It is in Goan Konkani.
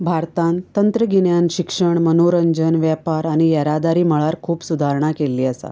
भारतांत तंत्र गिन्यान शिक्षण मनोरंजन वेपार आनी येरादारी मळार खूब सुदारणांं केल्ली आसा